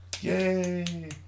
Yay